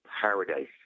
paradise